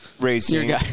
racing